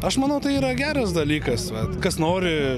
aš manau tai yra geras dalykas kas nori